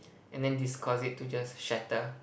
and then this cause it to just shatter